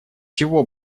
чего